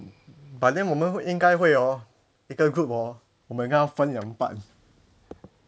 but then 我们应该会 hor 一个 group hor 我们应该会分两半